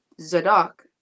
zadok